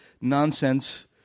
nonsense